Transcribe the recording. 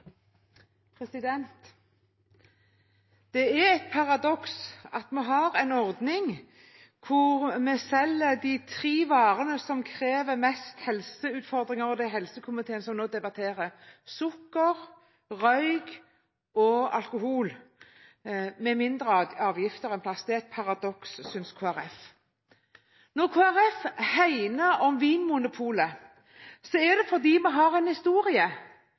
helseutfordringer – det som helsekomiteen nå debatterer: sukker, røyk og alkohol – med mindre avgifter enn plast. Det er et paradoks, synes Kristelig Folkeparti. Når Kristelig Folkeparti hegner om Vinmonopolet, er det fordi vi har en historie.